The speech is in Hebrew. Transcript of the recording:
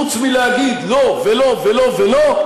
חוץ מלהגיד לא ולא ולא ולא,